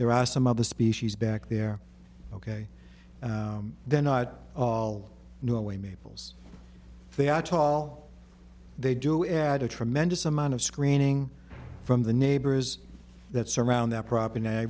there are some other species back there ok they're not all no way maples they are tall they do add a tremendous amount of screening from the neighbors that surround that property i